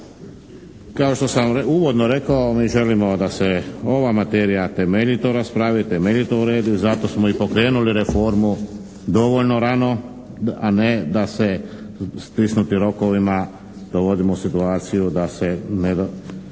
Kao što sam uvodno rekao mi želimo da se ova materija temeljito raspravi, temeljito uredi, zato smo i pokrenuli reformu dovoljno rano, a ne da se stisnuti rokovima dovodimo u situaciju da se